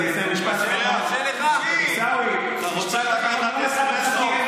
אתה רוצה לקחת אספרסו?